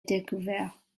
découverte